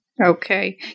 Okay